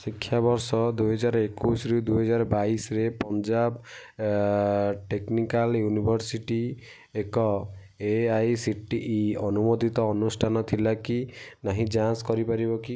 ଶିକ୍ଷା ବର୍ଷ ଦୁଇହଜାର ଏକୋଇଶରୁ ଦୁଇହଜାର ବାଇଶରେ ପଞ୍ଜାବ ଟେକ୍ନିକାଲ୍ ୟୁନିଭରସିଟି ଏକ A I C T E ଅନୁମୋଦିତ ଅନୁଷ୍ଠାନ ଥିଲା କି ନାହିଁ ଯାଞ୍ଚ କରିପାରିବ କି